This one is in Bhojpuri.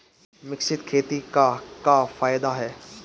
मिश्रित खेती क का फायदा ह?